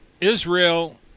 Israel